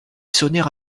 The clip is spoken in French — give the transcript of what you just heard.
sonner